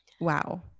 wow